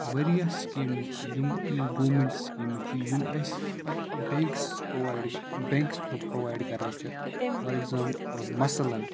واریاہ سِکیٖمہٕ چھِ یِم گورمٮ۪نٛٹ سِکیٖمہٕ چھِ یِم اَسہِ پَتہٕ banks provide banks through provide کَران چھِ فار اٮ۪کزام مثلاً